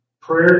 Prayer